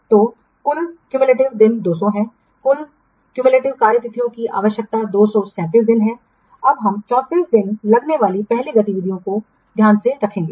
तो कुल संचयी दिन 200 है कुल संचयी कार्य तिथियों की आवश्यकता 237 दिन है अब हम 34 दिन लगने वाली पहली गतिविधि को ध्यान में रखेंगे